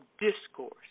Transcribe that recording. discourse